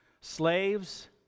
Slaves